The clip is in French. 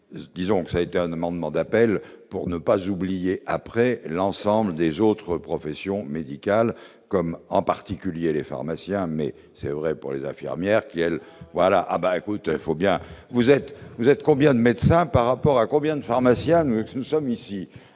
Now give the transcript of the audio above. disons que ça a été un amendement d'appel pour ne pas oublier après l'ensemble des autres professions médicales comme en particulier, les pharmaciens, mais c'est vrai pour les infirmières qui elle voilà ah bah, écoutez, il faut bien vous êtes vous êtes combien de médecins par rapport à combien de pharmaciens, nous sommes ici,